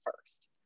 first